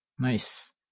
Nice